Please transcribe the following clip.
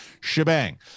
shebang